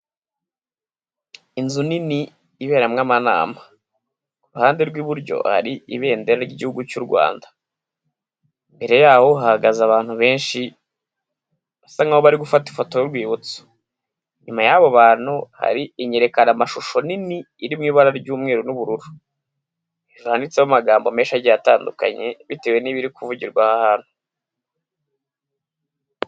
Inzu nini iberamo amanama, ku ruhande rw'iburyo hari ibendera ry'igihugu cy'u Rwanda, imbere yaho hahagaze abantu benshi basa nkaho bari gufata ifoto y'urwibutso, inyuma yabo bantu hari inyerekamashusho nini iri mu ibara ry'umweru n'ubururu, ishusho zanditseho amagambo menshi agiye atandukanye bitewe n'ibiri kuvugirwa aha hantu.